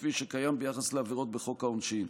כפי שקיים ביחס לעבירות בחוק העונשין.